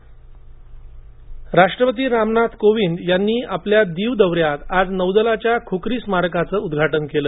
राष्ट्रपती राष्ट्रपती रामनाथ कोर्विंद यांनी आपल्या दिव दौऱ्यात आज नौदलाच्या खुखरी स्मारकाच उद्घाटन केल